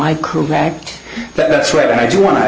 i correct that's right and i do wan